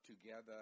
together